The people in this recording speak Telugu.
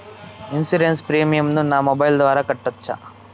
ఇన్సూరెన్సు ప్రీమియం ను నా మొబైల్ ద్వారా కట్టొచ్చా?